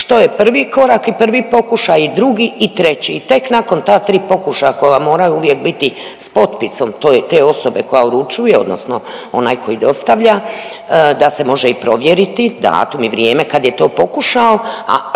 što je prvi korak i prvi pokušaj i drugi i treći i tek nakon ta tri pokušaja koja moraju uvijek biti s potpisom te osobe koja uručuje odnosno onaj koji dostavlja da se može i provjeriti datum i vrijeme kad je to pokušao,